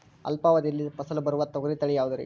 ಅಲ್ಪಾವಧಿಯಲ್ಲಿ ಫಸಲು ಬರುವ ತೊಗರಿ ತಳಿ ಯಾವುದುರಿ?